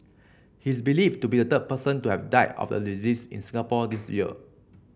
he is believed to be the third person to have died of the disease in Singapore this year